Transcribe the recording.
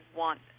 want